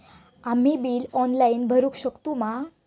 आम्ही bill online भरुक शकतू मा?